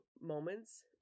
moments